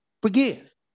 Forgive